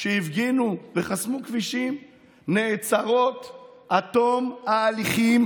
שהפגינו וחסמו כבישים נעצרות עד תום ההליכים